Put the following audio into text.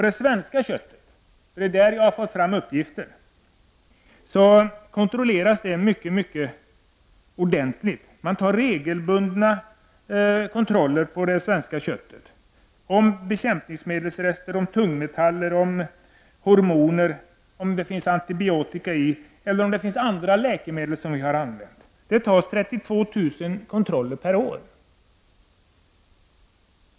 Det görs mycket noggranna kontroller på det svenska köttet. Man undersöker regelbundet mängden bekämpningsmedelsrester, tungmetaller, hormoner, antibiotika och eventuella läkemedel i köttet. Det görs 32 000 kontroller per år.